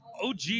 OG